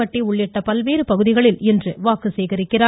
பட்டி உள்ளிட்ட பல்வேறு பகுதிகளில் இன்று வாக்கு சேகரிக்கிறார்